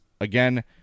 again